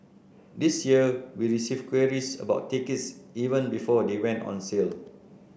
this year we received queries about tickets even before they went on sale